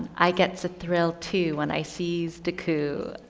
i get the thrill too when i sees dequeue.